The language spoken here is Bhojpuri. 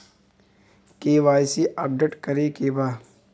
के.वाइ.सी अपडेट करे के बा?